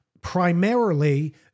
primarily